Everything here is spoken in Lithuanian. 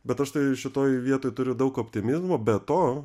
bet aš tai šitoj vietoj turiu daug optimizmo be to